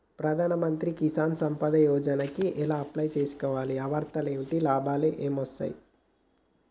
ప్రధాన మంత్రి కిసాన్ సంపద యోజన కి ఎలా అప్లయ్ చేసుకోవాలి? అర్హతలు ఏంటివి? లాభాలు ఏమొస్తాయి?